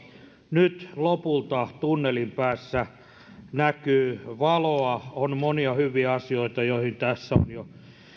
nyt lopulta tunnelin päässä näkyy valoa on monia hyviä asioita joihin tässä on jo